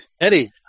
Eddie